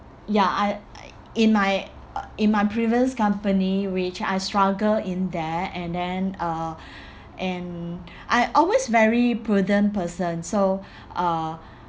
ya I in my uh in my previous company which I struggle in there and then uh and I always very prudent person so uh